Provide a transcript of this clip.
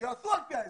יעשו על פי ההסכם,